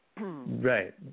Right